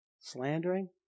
slandering